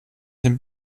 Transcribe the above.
den